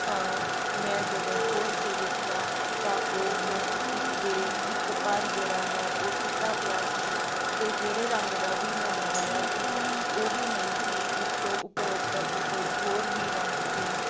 ਤਾਂ ਮੈਂ ਜਦੋਂ ਖੋਲ੍ਹ ਕੇ ਵੇਖਿਆ ਤਾਂ ਉਹ ਉਸਦੇ ਇੱਕ ਪਰ ਜਿਹੜਾ ਹੈ ਉਹ ਟੁੱਟਾ ਪਿਆ ਸੀ ਅਤੇ ਜਿਹੜੇ ਰੰਗ ਦਾ ਵੀ ਮੈਂ ਮੰਗਾਇਆ ਸੀ ਉਹ ਵੀ ਨਹੀਂ ਸੀ ਉਸ ਤੋਂ ਉਪਰੋਕਤ ਕੋਈ ਹੋਰ ਹੀ ਰੰਗ ਸੀ